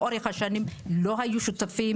לאורך השנים הם לא היו שותפים.